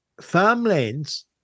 farmlands